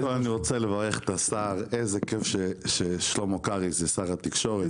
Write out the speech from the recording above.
קודם כול אני רוצה לברך את השר: איזה כיף ששלמה קרעי הוא שר התקשורת,